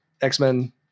x-men